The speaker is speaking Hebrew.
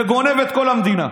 וגונב את כל המדינה.